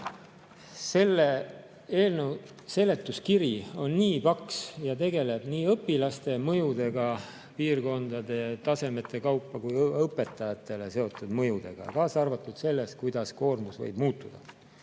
Selle eelnõu seletuskiri on nii paks ja tegeleb nii õpilaste mõjudega piirkondade, tasemete kaupa kui ka õpetajatega seotud mõjudega, kaasa arvatud sellega, kuidas koormus võib muutuda.